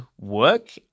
work